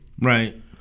Right